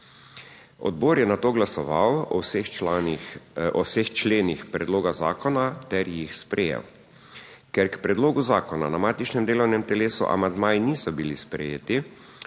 Odbor je nato glasoval o vseh členih predloga zakona ter jih sprejel. Ker k predlogu zakona na matičnem delovnem telesu amandmaji niso bili sprejeti,